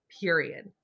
period